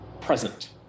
present